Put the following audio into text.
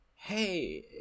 hey